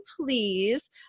please